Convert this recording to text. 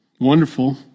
Wonderful